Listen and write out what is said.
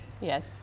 Yes